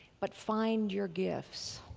but find your gifts.